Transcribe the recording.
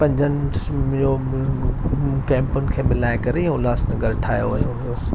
पंजनिस कैंपुनि खे मिलाए करे हे उल्हासनगर ठाहियो वियो होयो